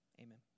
Amen